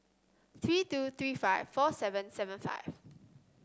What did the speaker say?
three two three five four seven seven five